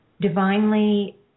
divinely